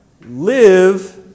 live